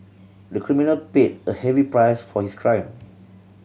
the criminal paid a heavy price for his crime